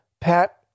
Pat